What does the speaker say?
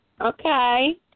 Okay